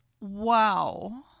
Wow